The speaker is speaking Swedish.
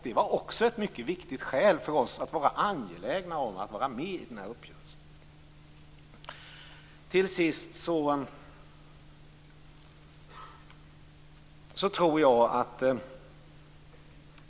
Det var ett viktigt skäl för oss att vara angelägna om att vara med i uppgörelsen.